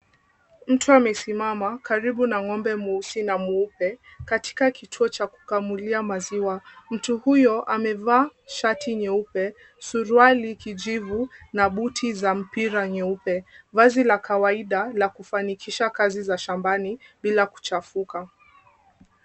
Mtu amesimama karibu na ng'ombe mweusi na mweupe katika kituo cha kukamulia maziwa. Mtu huyo amevaa shati nyeupe, suruali kijivu na buti za mpira nyeupe, vazi la kawaida la kufanikisha kazi za shambani bila kuchafuka.